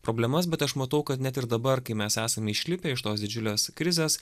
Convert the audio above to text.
problemas bet aš matau kad net ir dabar kai mes esame išlipę iš tos didžiulės krizės